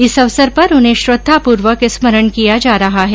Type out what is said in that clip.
इस अवसर पर उन्हें श्रद्धापूर्वक स्मरण किया जा रहा है